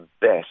best